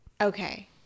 okay